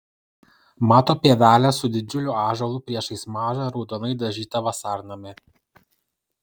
mato pievelę su didžiuliu ąžuolu priešais mažą raudonai dažytą vasarnamį